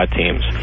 teams